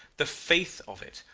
the faith of it,